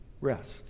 rest